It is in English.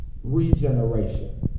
Regeneration